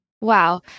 Wow